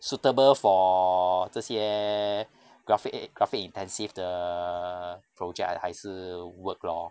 suitable for 这些 graphi~ graphic intensive 的 project 还是 work lor